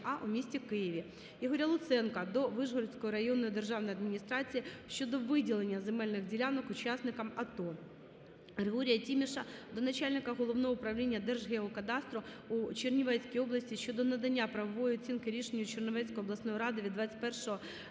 4-А у місті Києві.